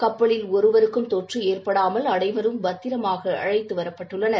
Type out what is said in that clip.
கப்பலில் ஒருவருக்கும் தொற்று ஏற்படாமல் அனைவரும் பத்திரமாக அழைத்து வரப்பட்டனர்